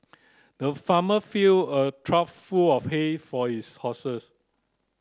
the farmer filled a trough full of hay for his horses